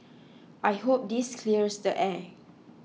I hope this clears the air